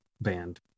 band